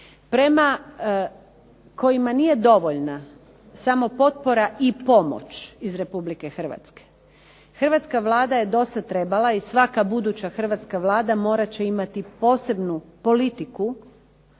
prema kojima nije dovoljna samo potpora i pomoć iz RH. Hrvatska vlada je dosad trebala i svaka buduća hrvatska Vlada morat će imati posebnu politiku